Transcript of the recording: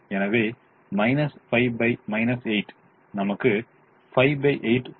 எனவே 5 8 நமக்கு 58 தரும்